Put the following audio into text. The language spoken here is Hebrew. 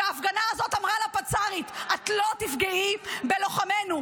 וההפגנה הזאת אמרה לפצ"רית: את לא תפגעי בלוחמינו.